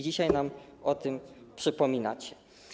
Dzisiaj nam o tym przypominacie.